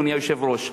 אדוני היושב-ראש,